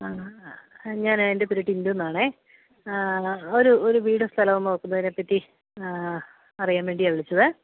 ആ ഞാൻ എൻ്റെ പേര് ടിൻ്റുന്നാണ് ഒരു ഒരു വീട് സ്ഥലവും നോക്കുന്നതിനെ പറ്റി അറിയാൻ വേണ്ടിയാണ് വിളിച്ചത്